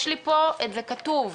יש לי פה את זה כתוב,